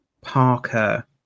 Parker